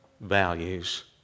values